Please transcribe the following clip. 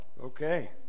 Okay